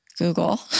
Google